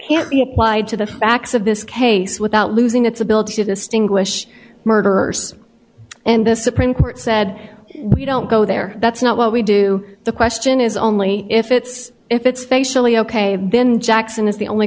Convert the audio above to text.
can't be applied to the facts of this case without losing its ability to distinguish murderers and the supreme court said we don't go there that's not what we do the question is only if it's if it's facially ok then jackson is the only